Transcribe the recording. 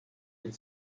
had